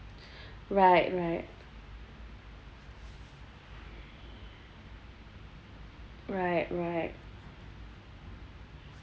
right right right right